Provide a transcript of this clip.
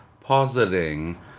positing